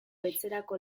etxerako